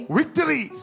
victory